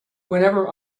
whenever